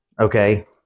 Okay